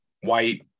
White